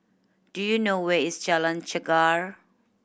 do you know where is Jalan Chegar